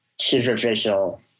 superficial